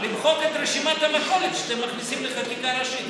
למחוק את רשימת המכולת שאתם מכניסים לחקיקה ראשית.